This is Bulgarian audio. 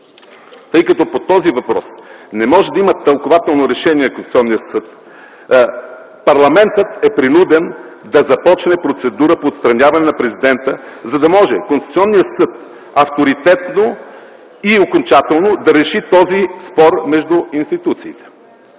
Тъй като по този въпрос не може да има тълкувателно решение на Конституционния съд, парламентът е принуден да започне процедура по отстраняване на президента, за да може Конституционният съд авторитетно и окончателно да реши този спор между институциите.